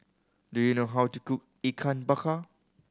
do you know how to cook Ikan Bakar